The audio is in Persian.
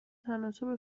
تناسب